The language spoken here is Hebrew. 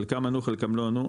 חלקם ענו חלקם לא ענו,